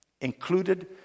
Included